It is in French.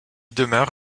demeure